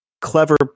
clever